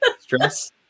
Stress